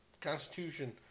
Constitution